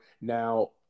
Now